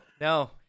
no